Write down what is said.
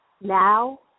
Now